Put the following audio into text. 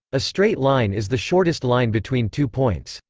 a straight line is the shortest line between two points.